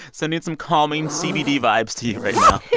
sending some calming cbd vibes to you right now yeah